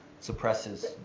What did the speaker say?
suppresses